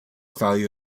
value